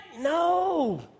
no